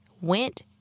went